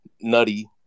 nutty